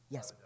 Yes